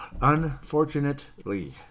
Unfortunately